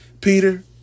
Peter